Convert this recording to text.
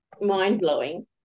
mind-blowing